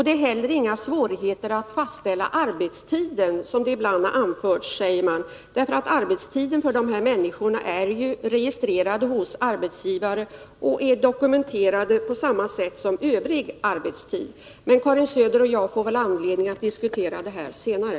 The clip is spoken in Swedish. Det är heller inga svårigheter att fastställa arbetstiden, som det ibland har anförts, säger man, därför att arbetstiden för dessa människor är registrerad hos arbetsgivaren och är dokumenterad på samma sätt som övrig arbetstid. Men Karin Söder och jag får väl anledning att diskutera detta senare.